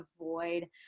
avoid